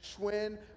Schwinn